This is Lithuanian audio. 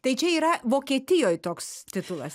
tai čia yra vokietijoj toks titulas